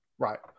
Right